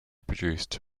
produced